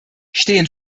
stehen